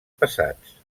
passats